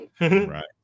Right